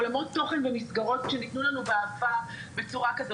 עולמות תוכן במסגרות שניתנו לנו בעבר בצורה כזאת.